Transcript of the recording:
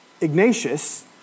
Ignatius